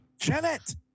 Janet